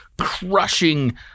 crushing